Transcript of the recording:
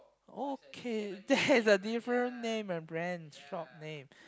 okay there is a different name and brand shop name